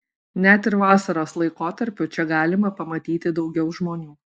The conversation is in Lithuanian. net ir vasaros laikotarpiu čia galima pamatyti daugiau žmonių